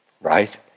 right